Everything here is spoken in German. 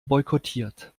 boykottiert